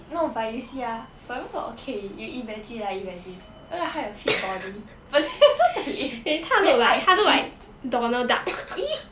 no but you see ha but 如果 okay you imagine ah imagine 如果他有 fit body but then 他的脸 very ugly !ee!